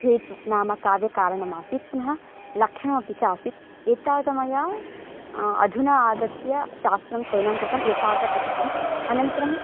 हेतुः नाम काव्यस्य कारणमासीत् पुनः लक्षणमपि चासीत् एतावत् मया अधुना आगत्यं शास्त्रं चयनं कृतम् एतावत् पठितम् अनन्तरम्